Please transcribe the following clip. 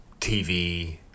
TV